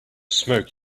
smoke